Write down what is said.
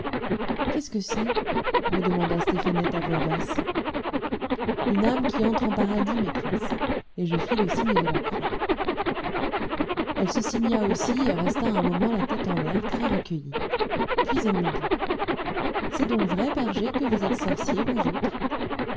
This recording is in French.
qu'est-ce que c'est me demanda stéphanette à voix basse une âme qui entre en paradis maîtresse et je fis le signe de la croix elle se signa aussi et resta un moment la tête en l'air très recueillie puis elle me dit c'est donc vrai berger que vous êtes sorciers vous autres